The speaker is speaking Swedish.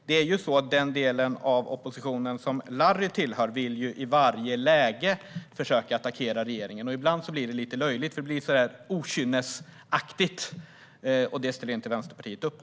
Det är ju så att den del av oppositionen som Larry tillhör vill försöka attackera regeringen i varje läge, och ibland blir det lite löjligt. Det blir nämligen lite okynnesaktigt, och det ställer inte Vänsterpartiet upp på.